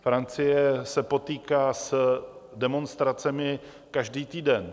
Francie se potýká s demonstracemi každý týden.